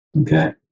Okay